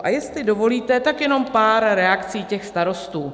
A jestli dovolíte, tak jenom pár reakcí těch starostů.